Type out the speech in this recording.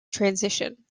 transition